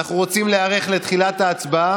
ארוכים, מעמיקים, ענייניים, לטובת הציבור,